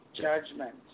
Judgment